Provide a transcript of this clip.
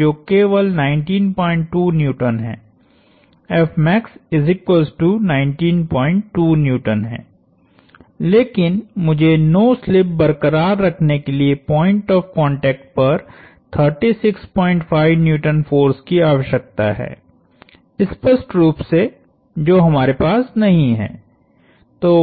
जो केवल 192N हैहै लेकिन मुझे नो स्लिप बरक़रार रखने के लिए पॉइंट ऑफ़ कांटेक्ट पर 365N फोर्स की आवश्यकता है स्पष्ट रूप से जो हमारे पास नहीं है